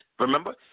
Remember